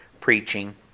preaching